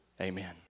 Amen